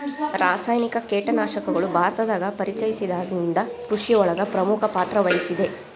ರಾಸಾಯನಿಕ ಕೇಟನಾಶಕಗಳು ಭಾರತದಾಗ ಪರಿಚಯಸಿದಾಗನಿಂದ್ ಕೃಷಿಯೊಳಗ್ ಪ್ರಮುಖ ಪಾತ್ರವಹಿಸಿದೆ